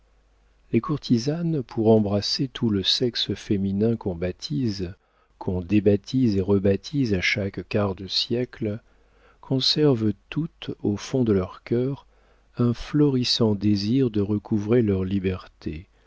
les courtisanes pour embrasser tout le sexe féminin qu'on baptise qu'on débaptise et rebaptise à chaque quart de siècle conservent toutes au fond de leur cœur un florissant désir de recouvrer leur liberté